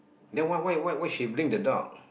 they why why why why she bring the dog